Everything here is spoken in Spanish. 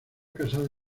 casada